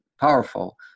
powerful